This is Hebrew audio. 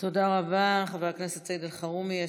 תודה רבה, חבר הכנסת סעיד אלחרומי.